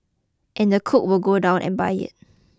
and the cook would go down and buy it